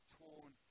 torn